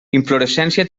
inflorescència